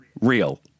real